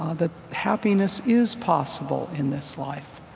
ah that happiness is possible in this life.